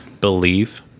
believe